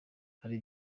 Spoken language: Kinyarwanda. hari